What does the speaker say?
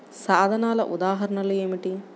సాధనాల ఉదాహరణలు ఏమిటీ?